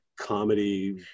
comedy